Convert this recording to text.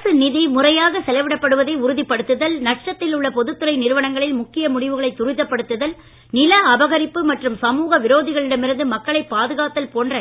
அரச நிதி முறையாக செலவிடப் படுவதை உறுதிப் படுத்துதல் நஷ்டத்தில் உள்ள பொதுத்துறை நிறுவனங்களில் முக்கிய முடிவுகளை துரிதப்படுத்துதல் நில அபகரிப்பு மற்றும் சமூக விரோதிகளிடம் இருந்து மக்களைப் பாதுகாத்தல் போன்ற